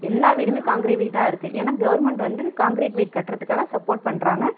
எல்லா வீடுமே காங்கிரிட் வீடாக இருக்குது ஏன்னால் கவர்மண்ட் வந்து காங்கிரிட் வீடு கட்டுறதுக்காக சப்போட் பண்ணுறாங்க